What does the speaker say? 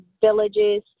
villages